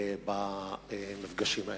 במפגשים האלה.